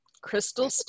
Crystal